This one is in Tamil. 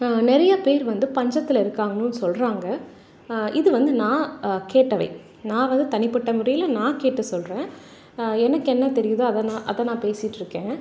நிறைய பேர் வந்து பஞ்சத்தில் இருக்காங்கனும் சொல்கிறாங்க இது வந்து நான் கேட்டவை நான் வந்து தனிப்பட்ட முறையில் நான் கேட்டு சொல்கிறேன் எனக்கு என்ன தெரியுதோ அதை நான் அதை நான் பேசிகிட்ருக்கேன்